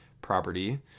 property